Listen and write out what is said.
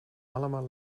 allemaal